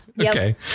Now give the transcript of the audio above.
Okay